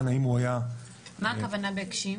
האם הוא היה --- מה הכוונה ב'הגשים'?